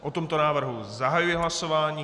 O tomto návrhu zahajuji hlasování.